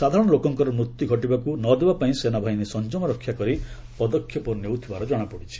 ସାଧାରଣ ଲୋକଙ୍କର ମୃତ୍ୟୁ ଘଟିବାକୁ ନ ଦେବାପାଇଁ ସେନାବାହିନୀ ସଂଯମ ରକ୍ଷା କରି ପଦକ୍ଷେପ ନେଉଥିବାର ଜଣାଇଛି